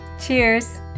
Cheers